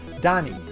Danny